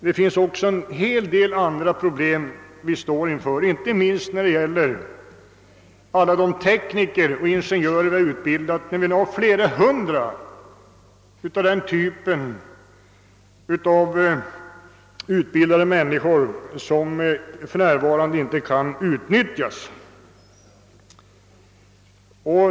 Vi kommer också att möta en hel del andra problem, inte minst när det gäller alla de tekniker och ingenjörer vi utbildat. Det är flera hundra personer med utbildning av ifrågavarande slag som för närvarande inte kan utnyttjas.